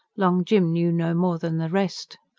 long jim knew no more than the rest.